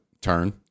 turn